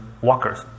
walkers